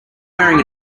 wearing